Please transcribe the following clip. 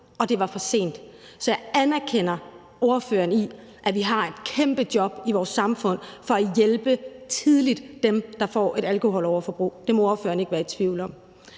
og det var for sent. Så jeg anerkender det, ordføreren siger med, at vi har et kæmpe job i vores samfund med tidligt at hjælpe dem, der får et alkoholoverforbrug. Det må ordføreren ikke være i tvivl om.